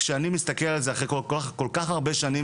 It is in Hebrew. כשאני מסתכל על זה אחרי כל כך הרבה שנים